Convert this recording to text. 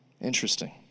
Interesting